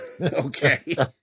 Okay